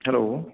hello